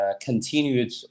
continued